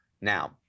Now